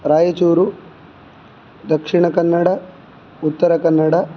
Raichur Dakshina Kannada Uttara Kannada